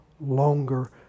longer